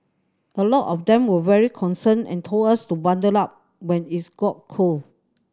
a lot of them were very concerned and told us to bundle up when it got cold